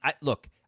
look